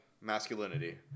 masculinity